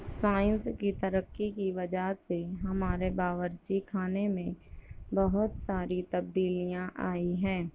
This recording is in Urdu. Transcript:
سائنس کی ترقی کی وجہ سے ہمارے باورچی خانے میں بہت ساری تبدیلیاں آئی ہیں